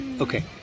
Okay